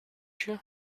you